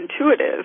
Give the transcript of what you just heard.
intuitive